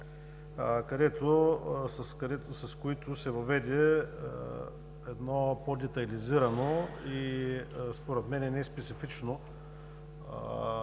с които се въведе по-детайлизирана и според мен неспецифична